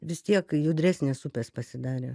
vis tiek judresnės upės pasidarė